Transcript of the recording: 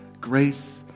Grace